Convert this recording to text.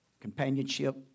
companionship